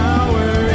Power